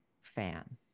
fan